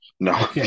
No